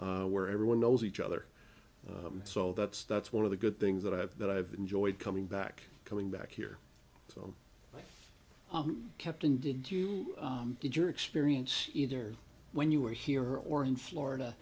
where everyone knows each other so that's that's one of the good things that i have that i've enjoyed coming back coming back here so i've kept and did you did your experience either when you were here or in florida